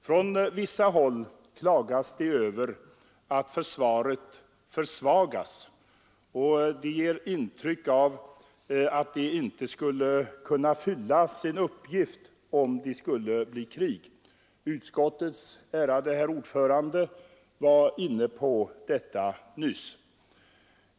Från vissa håll klagas det över att försvaret försvagas, och det ger ett intryck av att det inte skulle kunna fylla sin uppgift om det skulle bli krig. Utskottets ärade ordförande var inne på detta nyss.